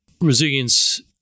resilience